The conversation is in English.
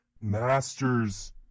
master's